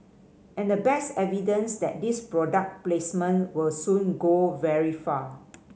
and the best evidence that this product placement will soon go very far